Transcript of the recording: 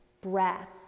Breath